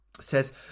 Says